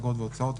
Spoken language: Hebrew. אגרות והוצאות,